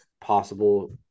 possible